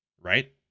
Right